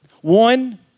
One